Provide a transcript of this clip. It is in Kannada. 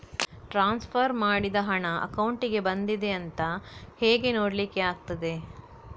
ಟ್ರಾನ್ಸ್ಫರ್ ಮಾಡಿದ ಹಣ ಅಕೌಂಟಿಗೆ ಬಂದಿದೆ ಅಂತ ಹೇಗೆ ನೋಡ್ಲಿಕ್ಕೆ ಆಗ್ತದೆ?